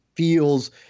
feels